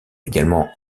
également